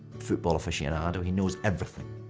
football aficionado. he knows everything.